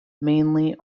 mainly